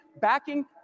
backing